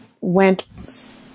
went